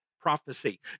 prophecy